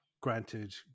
granted